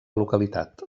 localitat